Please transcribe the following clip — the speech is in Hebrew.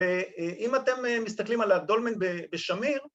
‫ואם אתם מסתכלים על הדולמן בשמיר...